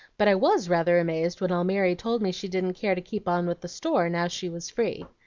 but i was rather amazed when almiry told me she didn't care to keep on with the store now she was free.